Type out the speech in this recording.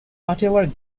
whatever